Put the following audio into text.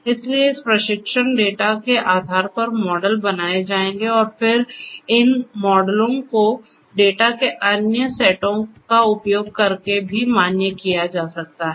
इसलिए इस प्रशिक्षण डेटा के आधार पर मॉडल बनाए जाएंगे और फिर इन मॉडलों को डेटा के अन्य सेटों का उपयोग करके भी मान्य किया जा सकता है